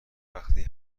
وقتی